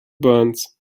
burns